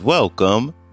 Welcome